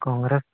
Congress